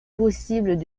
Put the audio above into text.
possible